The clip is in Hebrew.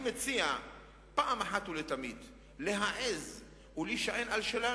אני מציע פעם אחת ולתמיד להעז ולהישען על שלנו,